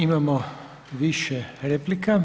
Imamo više replika.